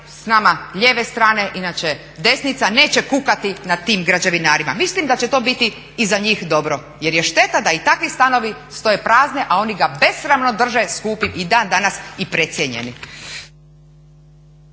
s nama lijeve strane inače desnica neće kukati nad tim građevinarima. Mislim da će to biti i za njih dobro jer je šteta da i takvi stanovi stoje prazni, a oni ga besramno drže skupim i dan danas i precijenjenim.